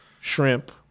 shrimp